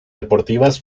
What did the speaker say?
deportivas